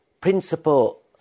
principle